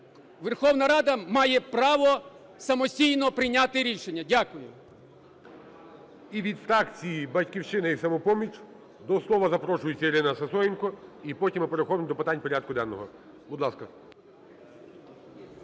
Верховна Рада має право самостійно прийняти рішення. Дякую.